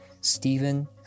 stephen